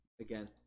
again